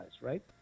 Right